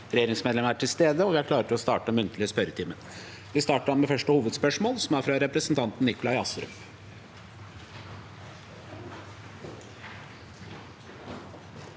regjeringsmedlemmene er til stede, og vi er klare til å starte den muntlige spørretimen. Vi starter da med første hovedspørsmål, fra representanten Nikolai Astrup.